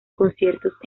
conciertos